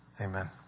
Amen